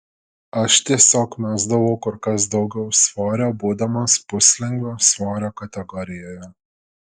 aš tiesiog mesdavau kur kas daugiau svorio būdamas puslengvio svorio kategorijoje